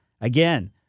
again